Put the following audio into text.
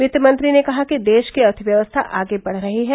वित्तमंत्री ने कहा कि देश की अर्थव्यवस्था आगे बढ रही है